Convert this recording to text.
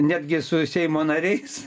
netgi su seimo nariais